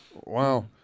Wow